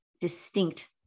distinct